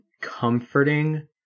comforting